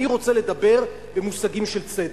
אני רוצה לדבר במושגים של צדק.